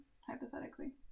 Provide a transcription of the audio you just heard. hypothetically